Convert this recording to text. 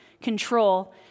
control